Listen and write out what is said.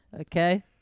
Okay